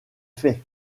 faits